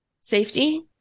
safety